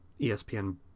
ESPN